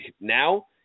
now